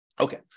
Okay